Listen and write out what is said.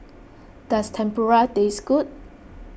does Tempura taste good